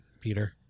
peter